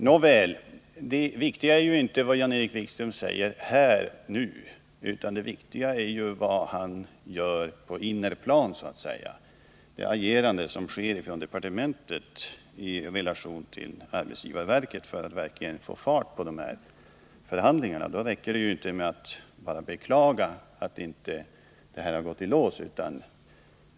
Nåväl, det viktiga är ju inte vad Jan-Erik Wikström säger här nu, utan det viktiga är vad han gör på innerplan, dvs. det agerande som sker på departementet i relation till arbetsgivarverket, för att verkligen få fart på den här förhandlingen. Då räcker det inte med att bara beklaga att förhandlingarna inte har gått i lås.